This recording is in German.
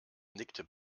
nickte